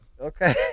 Okay